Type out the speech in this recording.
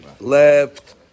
left